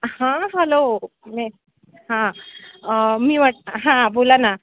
हां हॅलो हां मी वट हां बोलाना